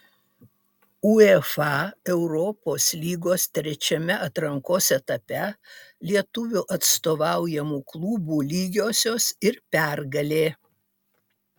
uefa europos lygos trečiame atrankos etape lietuvių atstovaujamų klubų lygiosios ir pergalė